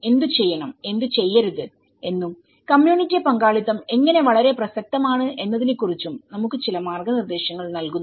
എന്തുചെയ്യണം എന്തുചെയ്യരുത് എന്നുംകമ്മ്യൂണിറ്റിപങ്കാളിത്തം എങ്ങനെ വളരെ പ്രസക്തമാണ് എന്നതിനെ കുറിച്ചും നമുക്ക് ചില മാർഗനിർദേശങ്ങൾ നൽകുന്നു